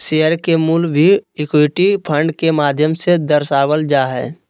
share के मूल्य भी इक्विटी फंड के माध्यम से दर्शावल जा हय